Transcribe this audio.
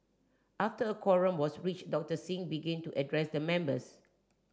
after a quorum was reached Doctor Singh begin to address the members